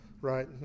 right